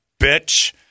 bitch